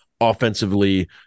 offensively